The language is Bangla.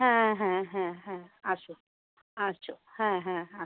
হ্যাঁ হ্যাঁ হ্যাঁ হ্যাঁ আসো আসো হ্যাঁ হ্যাঁ আসো